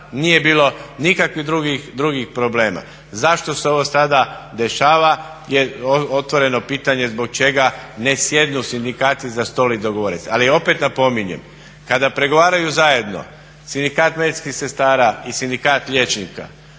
Nije bilo nikakvih drugih problema. Zašto se ovo sada dešava je otvoreno pitanje zbog čega ne sjednu sindikati za stol i dogovore se. Ali opet napominjem, kada pregovaraju zajedno sindikat medicinskih sestara i sindikat liječnika